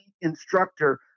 instructor